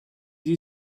you